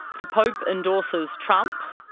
the pope endorses trump.